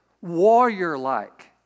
warrior-like